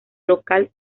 local